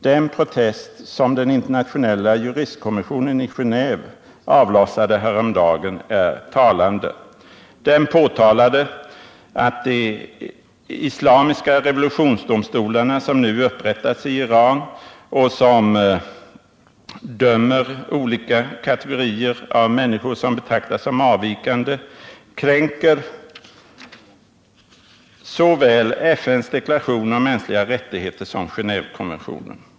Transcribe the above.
Den protest som den internationella juristkommissionen i Genéve häromdagen avlossade är talande. Den påtalar att de islamiska revolutionsdomstolar som nu upprättats i Iran och som dömer olika kategorier av människor som betraktas som avvikande kränker såväl FN:s deklaration om de mänskliga rättigheterna som Genévekonventionen.